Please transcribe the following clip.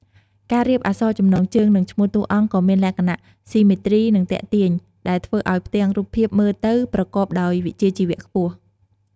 ការរៀបអក្សរចំណងជើង និងឈ្មោះតួអង្គក៏មានលក្ខណៈ ស៊ីមេទ្រី និងទាក់ទាញ ដែលធ្វើឱ្យផ្ទាំងរូបភាពមើលទៅប្រកបដោយវិជ្ជាជីវៈខ្ពស់ ។